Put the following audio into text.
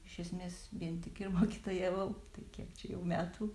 iš esmės vien tik ir mokytojavau tai kiek čia jau metų